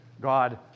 God